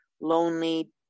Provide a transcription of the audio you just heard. lonely